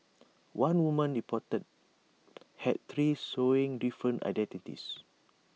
one woman reportedly had three showing different identities